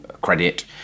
credit